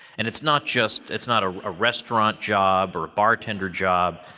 and it's not just. it's not ah a restaurant job or bartender job,